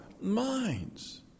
minds